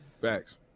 facts